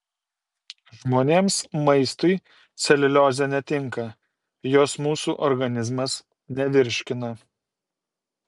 žmonėms maistui celiuliozė netinka jos mūsų organizmas nevirškina